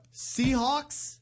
Seahawks